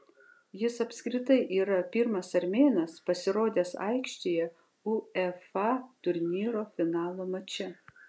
jis apskritai yra pirmas armėnas pasirodęs aikštėje uefa turnyro finalo mače